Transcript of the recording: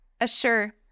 Assure